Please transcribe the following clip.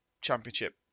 championship